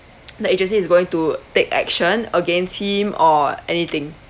the agency is going to take action against him or anything